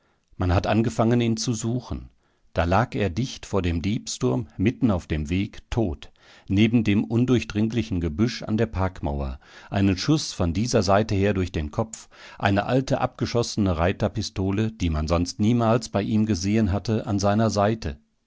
man hat angefangen ihn zu suchen da lag er dicht vor dem diebsturm mitten auf dem weg tot neben dem undurchdringlichen gebüsch an der parkmauer einen schuß von dieser seite her durch den kopf eine alte abgeschossene reiterpistole die man sonst niemals bei ihm gesehen hatte an seiner seite